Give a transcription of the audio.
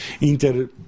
Inter